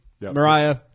Mariah